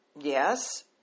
Yes